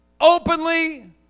Openly